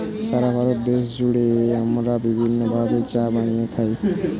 সারা ভারত দেশ জুড়ে আমরা বিভিন্ন ভাবে চা বানিয়ে খাই